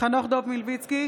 חנוך דב מלביצקי,